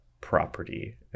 property